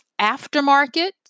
aftermarket